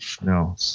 no